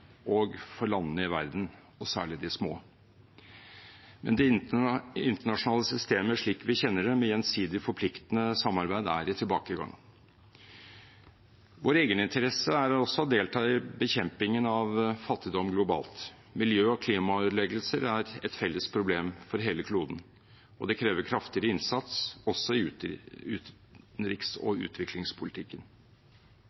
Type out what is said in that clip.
og for landene i verden, særlig de små. Men det internasjonale systemet slik vi kjenner det, med gjensidig forpliktende samarbeid, er i tilbakegang. I vår egeninteresse er det også å delta i bekjempelsen av fattigdom globalt. Miljø- og klimaødeleggelser er et felles problem for hele kloden, og det krever kraftigere innsats også i utenriks- og